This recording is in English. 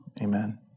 amen